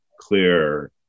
clear